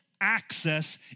access